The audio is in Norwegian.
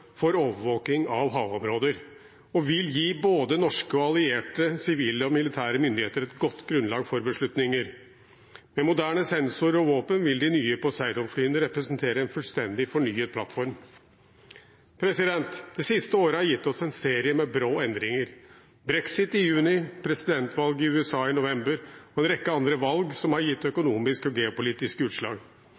for overvåking av havområder og vil gi både norske og allierte, sivile og militære myndigheter et godt grunnlag for beslutninger. Med moderne sensorer og våpen vil de nye Poseidon-flyene representere en fullstendig fornyet plattform. Det siste året har gitt oss en serie med brå endringer – brexit i juni, presidentvalget i USA i november og en rekke andre valg som har gitt økonomiske og geopolitiske utslag.